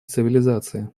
цивилизации